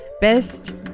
Best